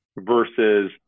versus